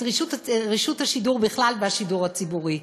את רשות השידור בכלל והשידור הציבורי.